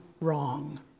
wrong